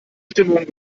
stimmung